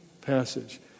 passage